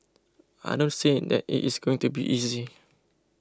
I don't say that it it's going to be easy